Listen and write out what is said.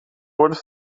worden